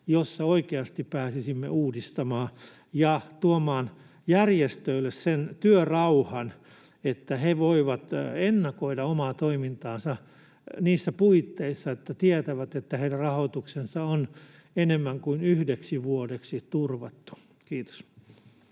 jossa oikeasti pääsisimme uudistamaan ja tuomaan järjestöille sen työrauhan, että he voivat ennakoida omaa toimintaansa niissä puitteissa, että tietävät, että heidän rahoituksensa on enemmän kuin yhdeksi vuodeksi turvattu. — Kiitos.